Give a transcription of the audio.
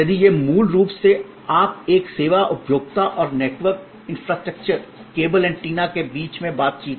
यदि यह मूल रूप से आप एक सेवा उपभोक्ता और नेटवर्क इंफ्रास्ट्रक्चर केबल एंटीना के बीच में बातचीत